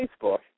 Facebook